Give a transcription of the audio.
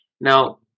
Now